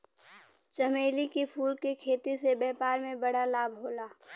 चमेली के फूल के खेती से व्यापार में बड़ा लाभ होला